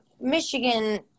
Michigan